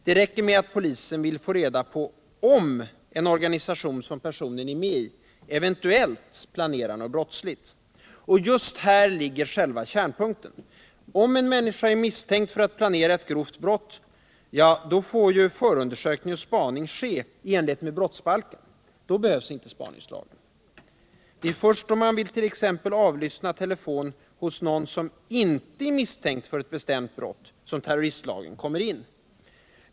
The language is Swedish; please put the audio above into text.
Det räcker med att polisen vill få reda på om en organisation som personen är med i eventuellt planerar något brottsligt. Just här ligger själva kärnpunkten. Om en människa är misstänkt för att planera ett grovt brott — ja, då får förundersökning och spaning ske i enlighet med brottsbalken. Då behövs inte spaningslagen. Det är först när man vill t.ex. avlyssna telefonen hos någon som inte är misstänkt för ett bestämt brott som terroristlagen kommer in.